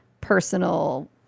personal